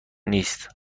نیست